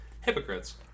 Hypocrites